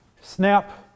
SNAP